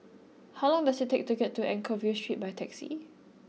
how long does it take to get to Anchorvale Street by taxi